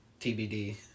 TBD